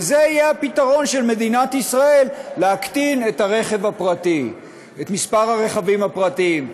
וזה יהיה הפתרון של מדינת ישראל כדי להקטין את מספר הרכבים הפרטיים.